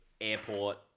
airport